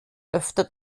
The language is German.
öfter